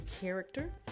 character